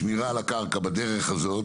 שמירה על הקרקע בדרך הזאת,